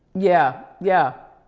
yeah, yeah.